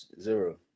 zero